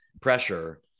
pressure